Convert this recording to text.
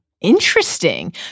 Interesting